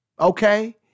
okay